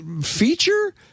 feature